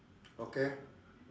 okay